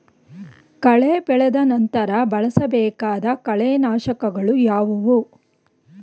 ಕಳೆ ಬೆಳೆದ ನಂತರ ಬಳಸಬೇಕಾದ ಕಳೆನಾಶಕಗಳು ಯಾವುವು?